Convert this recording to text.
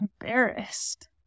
embarrassed